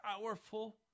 powerful